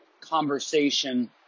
conversation